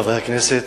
חברי הכנסת,